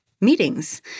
meetings